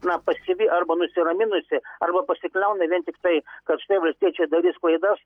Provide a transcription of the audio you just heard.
na pasyvi arba nusiraminusi arba pasikliauna vien tiktai kad štai valstiečiai darys klaidas